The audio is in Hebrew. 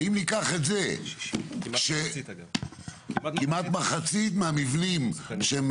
ואם ניקח את זה שכמעט מחצית מהמבנים שהם